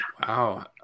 Wow